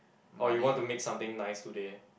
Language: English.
or you want to make something nice today